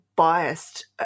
biased